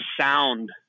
sound